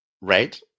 red